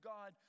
God